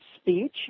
speech